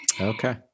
Okay